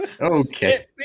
Okay